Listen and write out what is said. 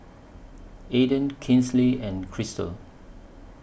Alden Kinsey and Krystle